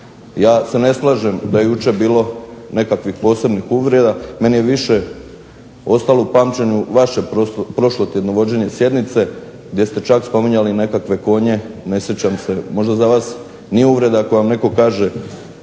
Ja se ne slažem da je jučer bilo nekakvih posebnih uvreda. Meni je više ostalo u pamćenju vaše prošlotjedno vođenje sjednice gdje ste čak spominjali nekakve konje ne sjećam se, možda za vas nije uvreda ako vam netko kaže